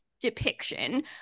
depiction